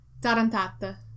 Tarantata